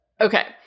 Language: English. okay